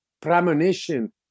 premonition